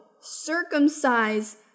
circumcise